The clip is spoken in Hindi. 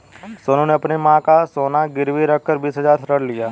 सोनू ने अपनी मां का सोना गिरवी रखकर बीस हजार ऋण लिया